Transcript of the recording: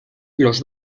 los